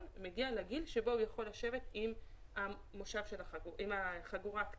מגיע לגיל שבו הוא יכול לשבת על המושב עם חגורת הכתף.